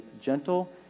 gentle